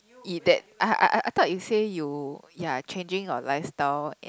eat that I I I thought you say you ya changing your lifestyle and